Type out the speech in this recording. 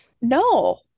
No